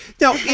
Now